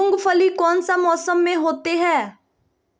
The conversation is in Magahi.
मूंगफली कौन सा मौसम में होते हैं?